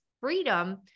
freedom